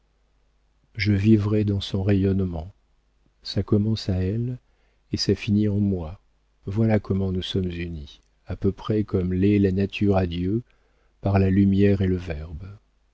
je vivrai dans son rayonnement ça commence à elle et ça finit en moi voilà comment nous sommes unis à peu près comme l'est la nature à dieu par la lumière et le verbe